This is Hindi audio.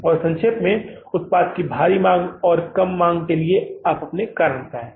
और संक्षेप में उत्पाद की भारी मांग उत्पाद की कम मांग के लिए अपने कारण बताएं